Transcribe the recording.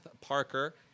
Parker